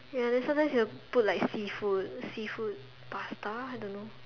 ya then sometimes he will put like seafood seafood pasta I don't know